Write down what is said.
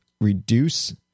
reduce